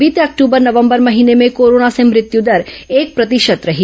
बीते अक्टूबर नवंबर महीने में कोरोना से मृत्युदर एक प्रतिशत रही